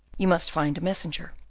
you must find a messenger.